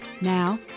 Now